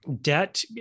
Debt